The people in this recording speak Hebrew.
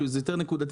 שזה יותר נקודתי.